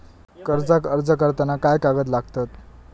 कर्जाक अर्ज करताना काय काय कागद लागतत?